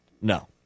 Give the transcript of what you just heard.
No